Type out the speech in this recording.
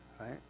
right